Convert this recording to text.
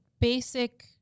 basic